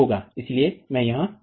इसलिए मैं यहां रुकूंगा